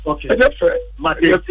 Okay